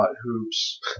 Hoops